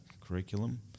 curriculum